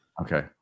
Okay